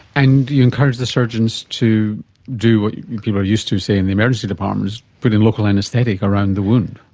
and do you encourage the surgeons to do what people are used to, say, in the emergency department, is put in local anaesthetic around the wound?